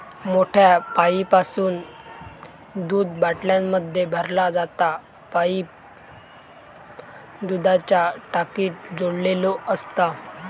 मोठ्या पाईपासून दूध बाटल्यांमध्ये भरला जाता पाईप दुधाच्या टाकीक जोडलेलो असता